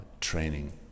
training